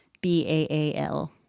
B-A-A-L